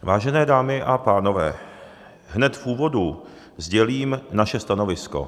Vážené dámy a pánové, hned v úvodu sdělím naše stanovisko.